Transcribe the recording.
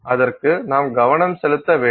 அதற்கு நாம் கவனம் செலுத்த வேண்டும்